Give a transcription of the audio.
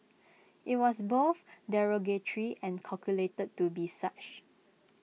IT was both derogatory and calculated to be such